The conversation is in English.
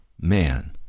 man